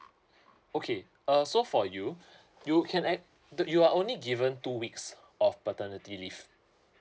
okay uh so for you you can act the you are only given two weeks of paternity leave